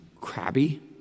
crabby